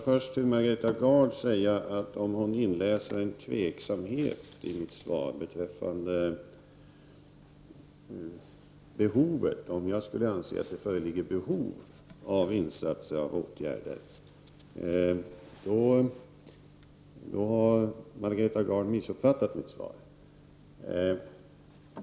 Fru talman! Om Margareta Gard inläser tveksamhet i mitt svar beträffande behovet av åtgärder har hon missuppfattat mig.